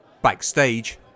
Backstage